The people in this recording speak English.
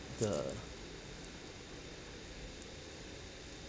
the